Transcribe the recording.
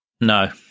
No